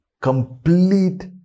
complete